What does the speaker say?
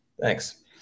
Thanks